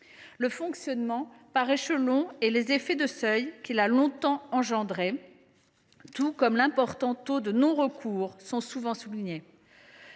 Le fonctionnement par échelons, les effets de seuils qu’il a longtemps provoqués tout comme l’important taux de non recours sont souvent soulignés.